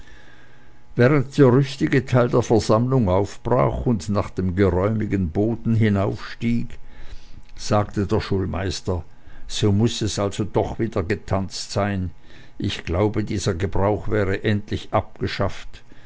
während der rüstige teil der versammlung aufbrach und nach dem geräumigen boden hinaufstieg sagte der schulmeister so muß es also doch getanzt sein ich glaubte dieser gebrauch wäre endlich abgeschafft